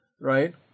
right